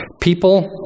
people